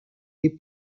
les